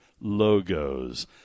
logos